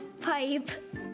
pipe